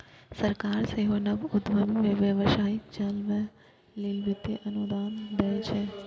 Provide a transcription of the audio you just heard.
सरकार सेहो नव उद्यमी कें व्यवसाय चलाबै लेल वित्तीय अनुदान दै छै